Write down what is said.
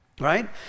right